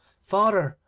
father,